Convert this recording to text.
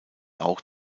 auch